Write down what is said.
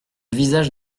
visage